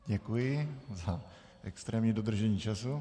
Děkuji za extrémní dodržení času.